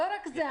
לא רק זה.